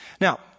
Now